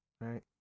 Right